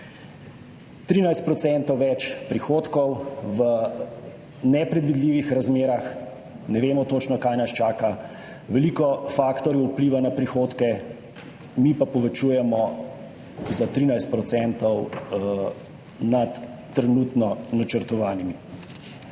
13 % več prihodkov v nepredvidljivih razmerah. Ne vemo točno, kaj nas čaka, veliko faktorjev vpliva na prihodke, mi pa povečujemo za 13 % nad trenutno načrtovanimi.